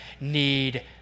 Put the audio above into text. need